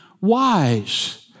wise